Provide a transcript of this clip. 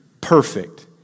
perfect